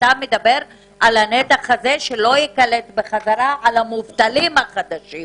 אתה מדבר על הנתח הזה שלא ייקלט חזרה על המובטלים החדשים